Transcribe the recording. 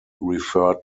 referred